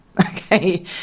okay